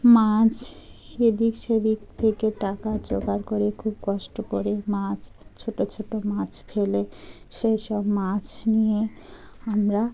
মাছ এদিক সেদিক থেকে টাকা জোগাড় করে খুব কষ্ট করে মাছ ছোটো ছোটো মাছ ফেলে সেই সব মাছ নিয়ে আমরা